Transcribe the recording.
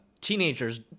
teenagers